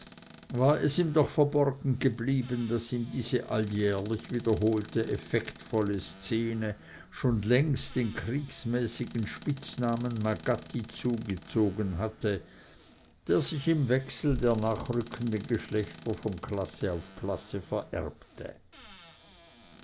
war es ihm doch verborgen geblieben daß ihm diese alljährlich wiederholte effektvolle szene schon längst den kriegsmäßigen spitznamen magaddi zugezogen hatte der sich im wechsel der nachrückenden geschlechter von klasse auf klasse vererbte